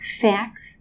facts